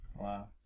Wow